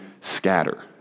scatter